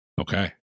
Okay